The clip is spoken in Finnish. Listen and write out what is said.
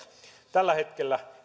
tällä hetkellä